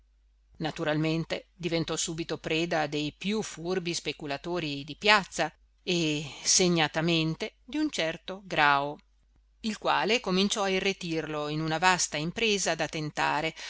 naturalmente diventò subito preda dei più furbi speculatori di piazza e segnatamente di un certo grao il quale cominciò a irretirlo in una vasta impresa da tentare